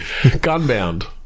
Gunbound